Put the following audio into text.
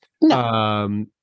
No